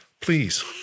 Please